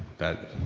that,